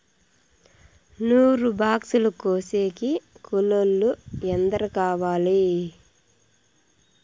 నూరు బాక్సులు కోసేకి కూలోల్లు ఎందరు కావాలి?